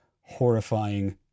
horrifying